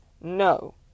No